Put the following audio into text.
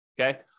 okay